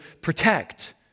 protect